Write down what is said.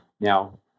Now